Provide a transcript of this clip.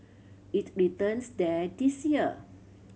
it returns there this year